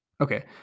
Okay